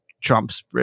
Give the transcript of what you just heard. Trump's